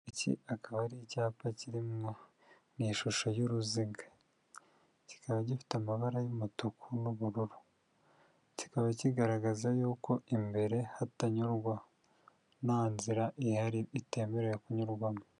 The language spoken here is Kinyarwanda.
Iki akaba ari icyapa kiri mu ishusho y'uruziga kikaba gifite amabara y'umutuku n'ubururu, kikaba kigaragaza yuko imbere hatanyurwa nta nzira ihari itemerewe kunyurwamo.